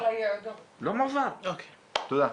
תודה,